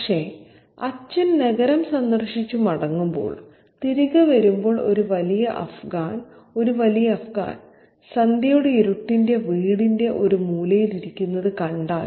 പക്ഷേ അച്ഛൻ നഗരം സന്ദർശിച്ച് മടങ്ങുമ്പോൾ തിരികെ വരുമ്പോൾ ഒരു വലിയ അഫ്ഗാൻ ഒരു വലിയ അഫ്ഗാൻ സന്ധ്യയുടെ ഇരുട്ടിൽ വീടിന്റെ ഒരു മൂലയിൽ ഇരിക്കുന്നത് കണ്ടാൽ